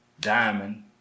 Diamond